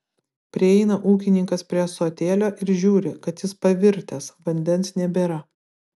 prieina ūkininkas prie ąsotėlio ir žiūri kad jis pavirtęs vandens nebėra